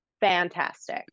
fantastic